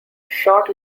short